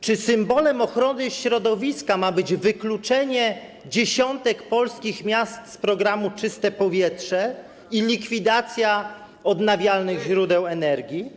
Czy symbolem ochrony środowiska ma być wykluczenie dziesiątek polskich miast z programu „Czyste powietrze” i likwidacja odnawialnych źródeł energii?